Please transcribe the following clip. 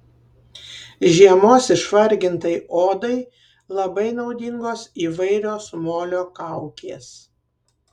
žiemos išvargintai odai labai naudingos įvairios molio kaukės